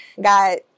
got